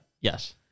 Yes